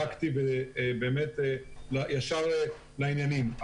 פרקטי וישר לעניינים.